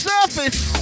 Surface